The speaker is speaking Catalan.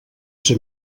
ser